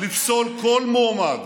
לפסול כל מועמד,